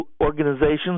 organizations